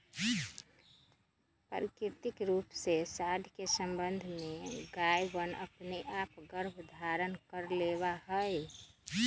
प्राकृतिक रूप से साँड के सबंध से गायवनअपने आप गर्भधारण कर लेवा हई